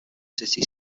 city